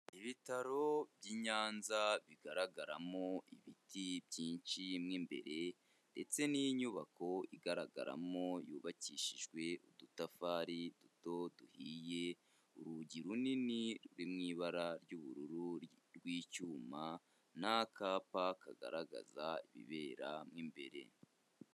Ibitaro by'inyanza bigaragaramo ibiti byinshi mo imbere ndetse n'inyubako igaragaramo yubakishijwe udutafari duto duhiye, urugi runini ruri mu ibara ry'ubururu rw'icyuma n'akapa kagaragaza ibibera mo imbere.